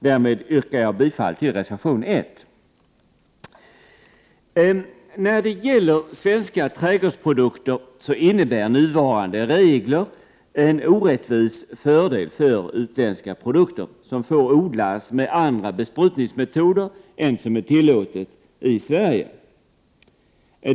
Därmed yrkar jag bifall till reservation | När det gäller svenska trädgårdsprodukter innebär nuvarande regler en orättvis fördel för utländska produkter, som får odlas med andra besprutningsmetoder än som är tillåtna i Sverige.